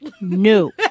No